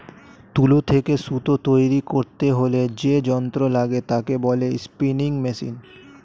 তুলো থেকে সুতো তৈরী করতে হলে যে যন্ত্র লাগে তাকে বলে স্পিনিং মেশিন